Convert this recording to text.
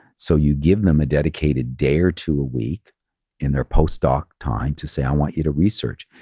so you give them a dedicated day or two a week in their postdoc time to say, i want you to research.